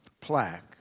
plaque